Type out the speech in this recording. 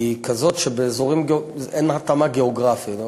היא כזאת שאין התאמה גיאוגרפית.